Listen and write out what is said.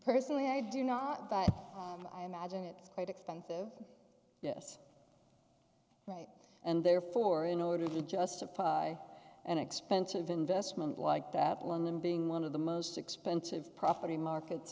personally i do not that i imagine it's quite expensive this right and therefore in order to justify an expensive investment like that london being one of the most expensive property markets